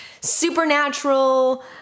supernatural